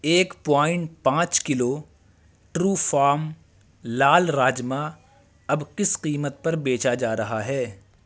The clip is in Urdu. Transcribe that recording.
ایک پوائن پانچ کلو ٹروفارم لال راجما اب کس قیمت پر بیچا جا رہا ہے